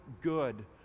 good